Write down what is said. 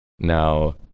now